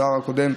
השר הקודם,